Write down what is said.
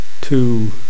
two